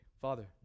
Father